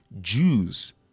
Jews